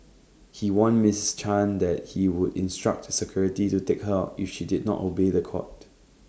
he warned Mrs chan that he would instruct security to take her out if she did not obey The Court